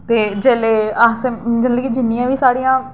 ते जेल्लै अस मतलब कि जिन्नियां बी साढ़ियां